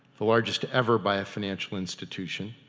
the largest ever by a financial institution.